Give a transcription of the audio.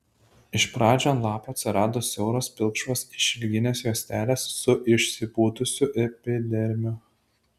iš pradžių ant lapų atsiranda siauros pilkšvos išilginės juostelės su išsipūtusiu epidermiu